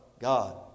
God